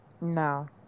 No